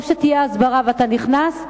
או שתהיה הסברה ואתה נכנס,